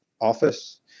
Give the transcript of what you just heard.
office